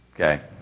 Okay